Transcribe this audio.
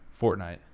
Fortnite